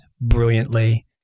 brilliantly